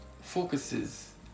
focuses